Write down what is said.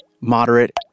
moderate